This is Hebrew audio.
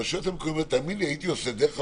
הרשויות המקומיות דרך המוקד,